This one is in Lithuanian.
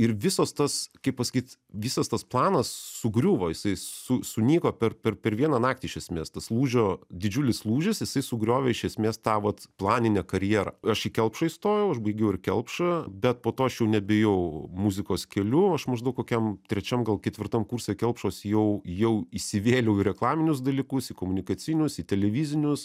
ir visas tas kaip pasakyt visas tas planas sugriuvo jisai su sunyko per per per vieną naktį iš esmės tas lūžio didžiulis lūžis jisai sugriovė iš esmės tą vat planinę karjerą aš į kelpšą įstojau aš baigiau ir kelpšą bet po to aš jau nebėjau muzikos keliu aš maždaug kokiam trečiam gal ketvirtam kurse kelpšos jau jau įsivėliau į reklaminius dalykus į komunikacinius į televizinius